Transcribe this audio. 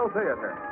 Theater